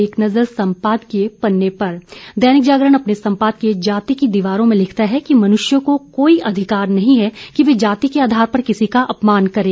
एक नजर संपादकीय पन्ने पर दैनिक जागरण अपने संपादकीय जाति की दीवारें में लिखता है कि मनुष्य को कोई अधिकार नहीं है कि वे जाति के आधार पर किसी का अपमान करे